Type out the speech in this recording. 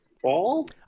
fall